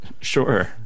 Sure